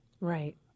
Right